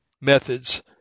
methods